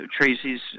Tracy's